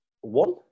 One